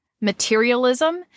materialism